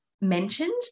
mentioned